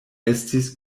estis